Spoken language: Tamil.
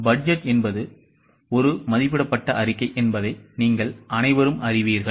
பட்ஜெட் ஒரு மதிப்பிடப்பட்ட அறிக்கை என்பதை நீங்கள் அனைவரும் அறிவீர்கள்